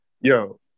yo